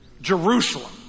Jerusalem